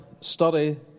study